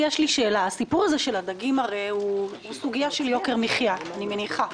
סיפור הדגים הוא סוגיה של יוקר מחיה, אני מניחה.